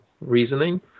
reasoning